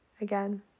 Again